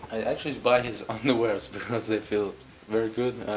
i actually buy his underwear because they feel very good.